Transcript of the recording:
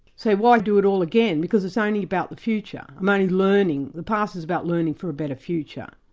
so why do it all again, because it's only about the future i'm only learning, the past is about learning for a better future.